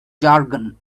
jargon